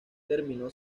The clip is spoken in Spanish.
terminó